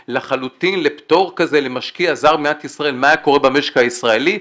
לחלוטין לפטור כזה למשקיע זר במדינת ישראל מה היה קורה במשק הישראלי,